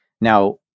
Now